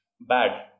bad